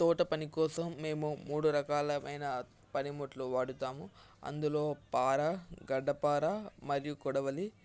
తోట పని కోసం మేము మూడు రకాలైన పనిముట్లు వాడతాము అందులో పార గడ్డపార మరియు కొడవలి